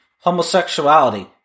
Homosexuality